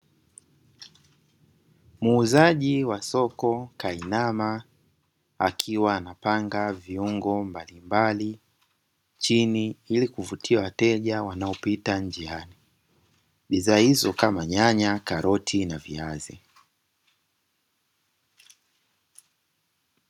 Muuzaji wa soko kainama, akiwa anapanga viungo mbalimbali chini, ili kuvutia wateja wanaopita njiani. Bidhaa hizo kama nyanya, karoti na viazi.